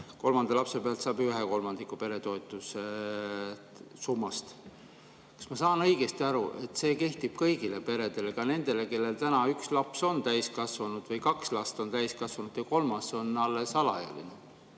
kolmanda lapse pealt saab ühe kolmandiku peretoetuse summast. Kas ma saan õigesti aru, et see kehtib kõigile peredele, ka nendele, kellel täna üks laps on täiskasvanu või kaks last on täiskasvanud ja kolmas on alles alaealine?